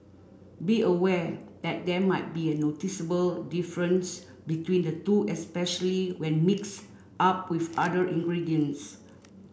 be aware that there might be a noticeable difference between the two especially when mixed up with other ingredients